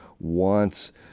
wants